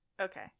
Okay